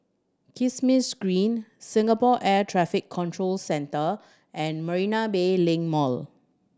Kismis Green Singapore Air Traffic Control Centre and Marina Bay Link Mall